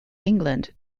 england